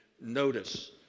notice